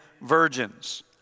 virgins